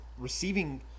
receiving